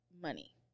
money